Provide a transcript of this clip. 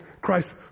Christ